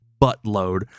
buttload